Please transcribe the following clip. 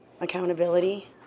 accountability